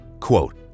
Quote